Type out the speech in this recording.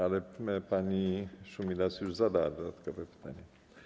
Ale pani Szumilas już zadała dodatkowe pytanie.